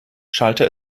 schallte